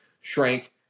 shrank